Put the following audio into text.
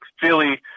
Philly